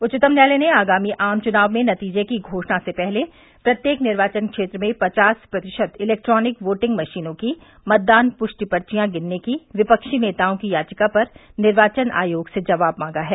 उच्चतम न्यायालय ने आगामी आम चुनाव में नतीजे की घोषणा से पहले प्रत्येक निर्वाचन क्षेत्र में पचास प्रतिशत इलेक्ट्रानिक वोटिंग मशीनों की मतदान पुष्टि पर्चियां गिनने की विपक्षी नेताओं की याचिका पर निर्वाचन आयोग से जवाब मांगा है